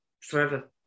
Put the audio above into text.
forever